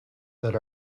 that